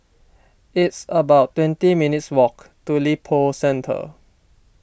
it's about twenty minutes' walk to Lippo Centre